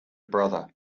brother